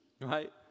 Right